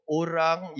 orang